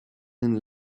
and